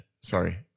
Sorry